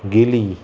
गिली